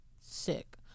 sick